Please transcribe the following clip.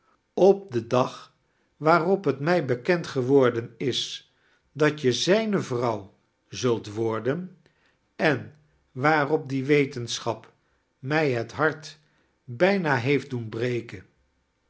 op den dag waarop het mij bekend geworden is dat je z ij ne vrouw zult worden en waarop die wetensohap mij het hart bijna heeft doen hreken